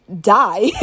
die